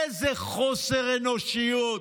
איזה חוסר אנושיות,